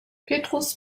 petrus